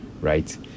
right